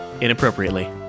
inappropriately